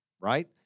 right